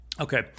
Okay